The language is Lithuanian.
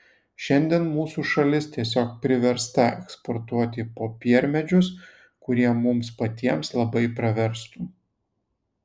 šiandien mūsų šalis tiesiog priversta eksportuoti popiermedžius kurie mums patiems labai praverstų